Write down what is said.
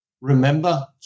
Remember